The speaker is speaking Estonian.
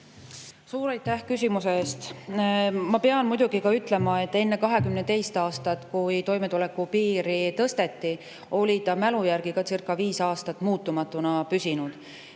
Suur aitäh küsimuse eest! Ma pean muidugi ka ütlema, et enne 2022. aastat, kui toimetulekupiiri tõsteti, oli ta [minu] mälu järgi kacirca5 aastat muutumatuna püsinud.